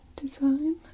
design